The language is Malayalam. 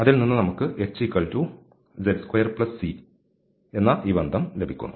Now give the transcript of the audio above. അതിൽ നിന്ന് നമുക്ക് hz2c എന്ന ഈ ബന്ധം ലഭിക്കുന്നു